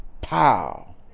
Pow